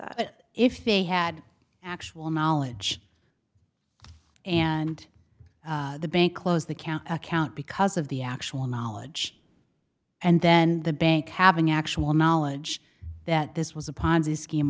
but if they had actual knowledge and the bank close the count account because of the actual knowledge and then the bank having actual knowledge that this was a ponzi scheme